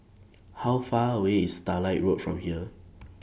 How Far away IS Starlight Road from here